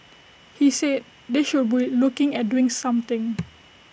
he said they should be looking at doing something